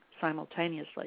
simultaneously